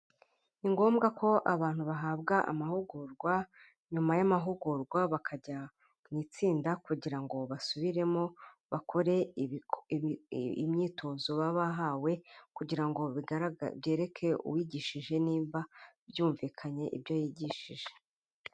Ni ngombwa ko abantu bahabwa amahugurwa, nyuma y'amahugurwa bakajya mu itsinda, kugira ngo basubiremo bakore imyitozo baba bahawe, kugira ngo byereke uwigishije nimba byumvikanye ibyo yigishije.